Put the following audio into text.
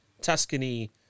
Tuscany